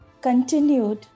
continued